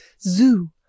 zoo